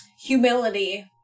Humility